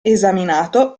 esaminato